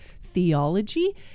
theology